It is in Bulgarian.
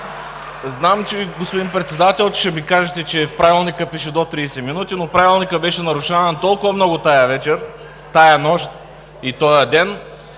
Знам, господин Председател, че ще ми кажете, че в Правилника пише до 30 минути, но Правилникът беше нарушаван толкова много тази вечер, тази нощ и този ден,